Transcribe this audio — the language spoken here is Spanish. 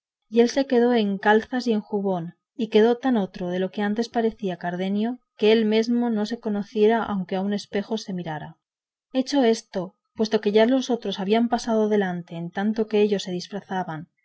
y él se quedó en calzas y en jubón y quedó tan otro de lo que antes parecía cardenio que él mesmo no se conociera aunque a un espejo se mirara hecho esto puesto ya que los otros habían pasado adelante en tanto que ellos se disfrazaron